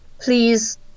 Please